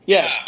Yes